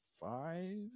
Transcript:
five